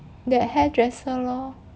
that hairdresser lor